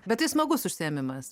bet tai smagus užsiėmimas